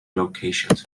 locations